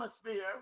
atmosphere